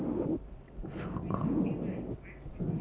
so cold